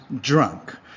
drunk